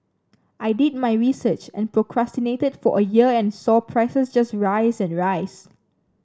I did my research and procrastinated for a year and saw prices just rise and rise